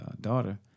daughter